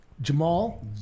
Jamal